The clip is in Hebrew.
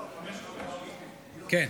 תודה